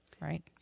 right